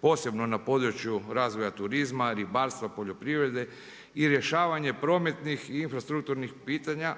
posebno na području razvoja turizma, ribarstva, poljoprivrede i rješavanje prometnih i infrastrukturnih primjera